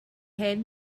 hen